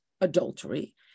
adultery